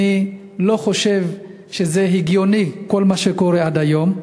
אני לא חושב שזה הגיוני, כל מה שקורה עד היום.